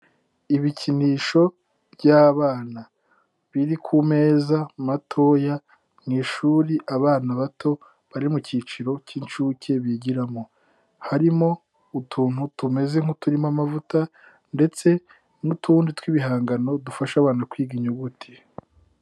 Ibikinisho by'abana biri ku meza matoya mu ishuri abana bato bari mu cyiciro cy'inshuke bigiramo. Harimo utuntu tumeze nk'uturimo amavuta ndetse n'utundi tw'ibihangano dufasha abantu kwiga inyuguti.